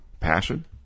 Passion